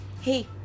hey